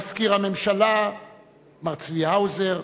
מזכיר הממשלה מר צבי האוזר,